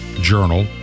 journal